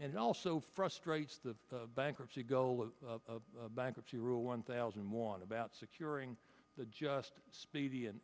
and also frustrates the bankruptcy goal of bankruptcy rule one thousand and one about securing the just speedy and